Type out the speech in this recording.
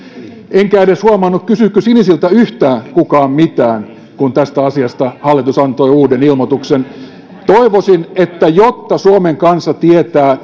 enkä edes huomannut kysyikö sinisiltä kukaan yhtään mitään kun tästä asiasta hallitus antoi uuden ilmoituksen toivoisin jotta suomen kansa tietää